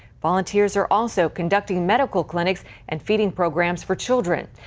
volunteers are also conducting medical clinics and feeding programs for children.